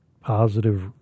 positive